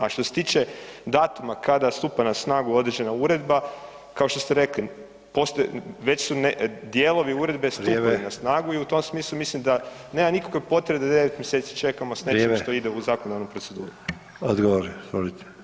A što se tiče datuma kada stupa na snagu određena uredba, kao što ste rekli, postoje, već su dijelovi uredbe stupili na [[Upadica: Vrijeme.]] snagu i u tom smislu mislim da nema nikakve potrebe da 9 mjeseci čekamo s nečim što [[Upadica: Vrijeme.]] ide u zakonodavnu proceduru.